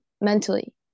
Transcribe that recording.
mentally